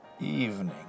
Evening